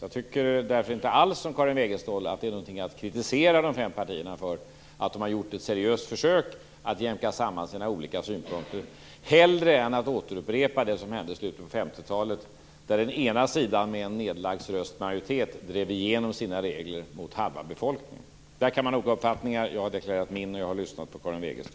Jag tycker därför inte alls som Karin Wegestål att man skall kritisera de berörda partierna för att de har gjort ett seriöst försök att jämka samman sina olika synpunkter hellre än att upprepa det som hände i slutet på 50-talet, då den ena sidan med en nedlagd rösts majoritet drev igenom sina regler mot halva befolkningen. Om detta kan man ha olika uppfattningar. Jag har deklarerat min, och jag har lyssnat på Karin Wegeståls.